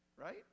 right